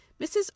Mrs